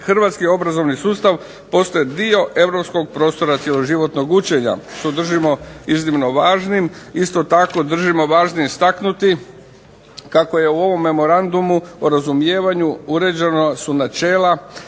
HRvatski obrazovni sustav postaje dio europskog prostora cjeloživotnog učenja, što držimo iznimno važnim. Isto tako držimo važnim istaknuti kako je u ovom memorandumu o razumijevanju uređeno su načela,